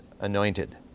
anointed